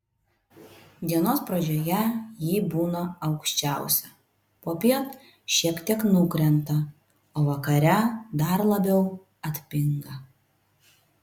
dienos pradžioje ji būna aukščiausia popiet šiek tiek nukrenta o vakare dar labiau atpinga